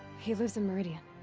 he lives in meridian.